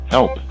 Help